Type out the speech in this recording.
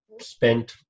spent